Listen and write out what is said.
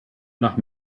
nach